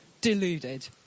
deluded